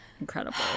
incredible